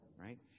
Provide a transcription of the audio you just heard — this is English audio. right